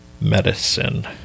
medicine